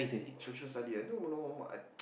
Social-Studies I don't even know what I